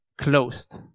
closed